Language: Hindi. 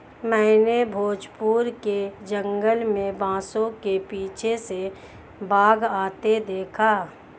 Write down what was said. मैंने भोजपुर के जंगल में बांसों के पीछे से बाघ आते देखा